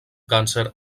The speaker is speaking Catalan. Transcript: càncer